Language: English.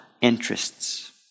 interests